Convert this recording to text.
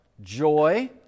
joy